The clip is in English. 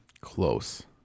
Close